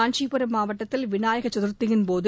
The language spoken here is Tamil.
காஞ்சிபுரம் மாவட்டத்தில் விநாயக சதுர்த்தியின்போது